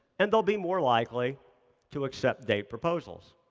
and they'll be more likely to accept date proposals.